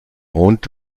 und